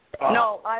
No